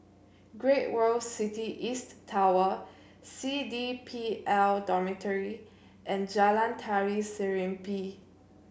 Great World City East Tower C D P L Dormitory and Jalan Tari Serimpi